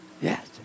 Yes